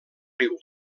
riu